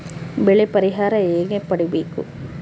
ಬೆಳೆ ಪರಿಹಾರ ಹೇಗೆ ಪಡಿಬೇಕು?